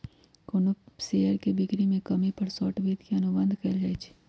कोनो शेयर के बिक्री में कमी पर शॉर्ट वित्त के अनुबंध कएल जाई छई